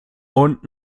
und